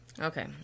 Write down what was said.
Okay